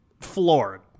floored